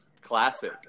Classic